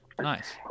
Nice